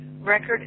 record